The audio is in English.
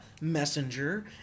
messenger